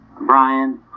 brian